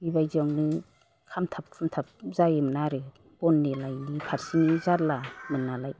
बिबायदियावनो खामथाब खुबथाब जायोमोन आरो बननि लायिनि फारसेनि जारलामोन नालाय